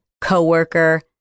coworker